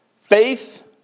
Faith